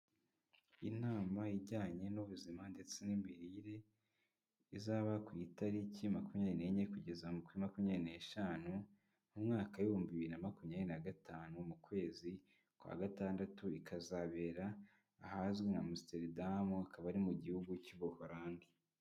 Inama ijyanye n'ubuzima ndetse n'imirire, izaba ku itariki makumyabiri n'enye kugeza mu kuri makumya n'eshanu, mu mwaka w'ibihumbi biriri na makumyabiri na gatanu mu kwezi kwa Gatandatu, ikazabera ahazwi nka Amsterdam akaba ari mu gihugu cy'u Buholandi.